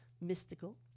Mystical